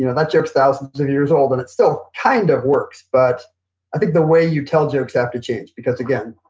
you know that joke's thousands of years old and it's still kind of works. but i think the way you tell jokes have to change because, again,